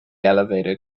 elevator